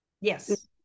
Yes